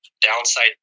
downside